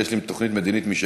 יש לי תוכנית מדינית משלי.